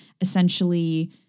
essentially